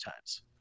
times